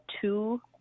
two